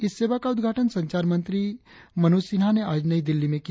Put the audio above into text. इस सेवा का उद्घाटन संचार मंत्री मनोज सिन्हा ने आज नई दिल्ली में किया